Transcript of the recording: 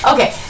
Okay